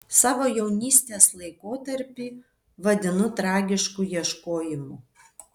savo jaunystės laikotarpį vadinu tragišku ieškojimu